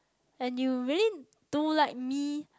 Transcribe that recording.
and you really don't like me